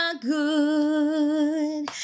good